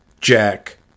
jack